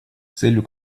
целью